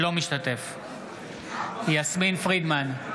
אינו משתתף בהצבעה יסמין פרידמן,